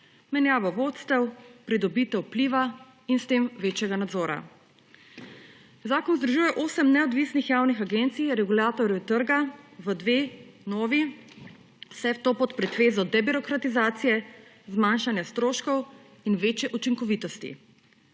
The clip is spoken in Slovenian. menjavo vodstev, pridobitev vpliva in s tem večjega nadzora. Zakon združuje osem neodvisnih javnih agencij, regulatorjev trga, v dve novi, vse to pod pretvezo debirokratizacije, zmanjšanja stroškov in večje učinkovitosti.